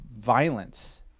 violence